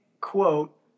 quote